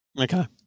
Okay